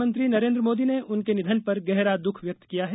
प्रधानमंत्री नरेन्द्र मोदी ने उनके निधन पर गहरा दुख व्यक्त किया है